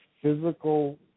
physical